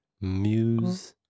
Muse